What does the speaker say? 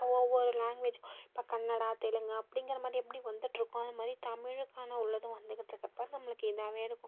இப்போ ஒவ்வொரு லாங்குவேஜ் இப்போ கன்னடா தெலுங்கு அப்படிங்கிறமாதிரி எப்படி வந்துகிட்ருக்கோ அதுமாதிரி தமிழுக்கான உள்ளதும் வந்துக்கிட்டு இருக்கப்போ நம்மளுக்கு இதாகவே இருக்கும்